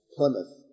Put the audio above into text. Plymouth